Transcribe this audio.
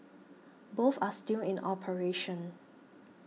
both are still in the operation